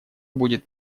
будет